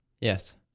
yes